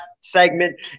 segment